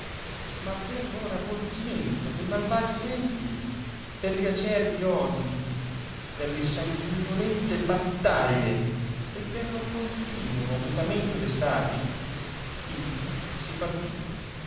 ma per lo ravoglimento de malvagi tempi per gli acerbi odij per le sanguinolenti battaglie e per lo continovo mutamento de stati indi si partì